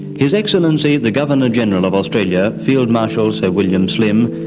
his excellency the governor general of australia, field marshal sir william slim,